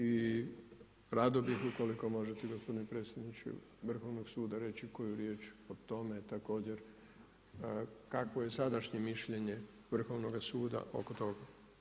I rado bih ukoliko možete gospodine predsjedniče Vrhovnog suda reći koju riječ o tome također kakvo je sadašnje mišljenje Vrhovnoga suda oko tog.